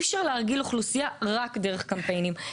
אפשר להרגיל אוכלוסייה רק דרך קמפיינים.